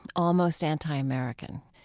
almost anti-american.